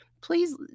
please